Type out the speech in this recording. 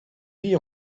vit